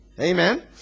Amen